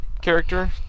character